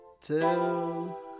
till